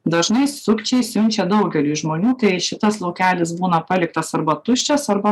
dažnai sukčiai siunčia daugeliui žmonių tai šitas laukelis būna paliktas arba tuščias arba